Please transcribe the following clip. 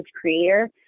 creator